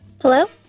Hello